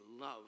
love